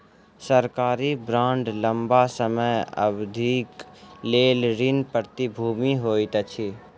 सरकारी बांड लम्बा समय अवधिक लेल ऋण प्रतिभूति होइत अछि